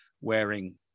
wearing